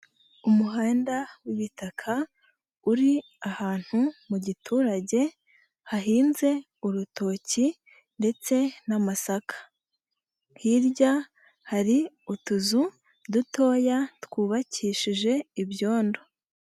Umuhanda w'ibitaka uri ahantu mu giturage hahinze urutoki ndetse n'amasaka, hirya hari utuzu dutoya twubakishije ibyondo.